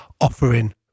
offering